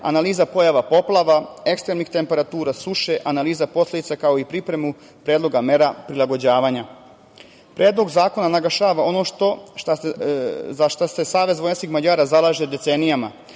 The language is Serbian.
analiza pojava poplava, ekstremnih temperatura, suše, analiza posledica, kao i pripremu predloga mera prilagođavanja. Predlog zakona naglašava ono za šta se SVM zalaže decenijama,